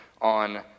on